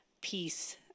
peace